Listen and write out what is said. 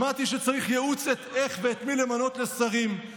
שמעתי שצריך ייעוץ איך ואת מי למנות לשרים,